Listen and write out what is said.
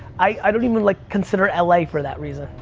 i don't even, like, consider la for that reason,